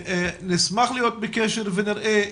נשמח להיות בקשר ונראה,